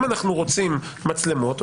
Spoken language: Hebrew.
אם אנחנו רוצים מצלמות,